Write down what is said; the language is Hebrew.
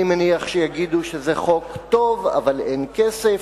אני מניח שיגידו שזה חוק טוב, אבל אין כסף.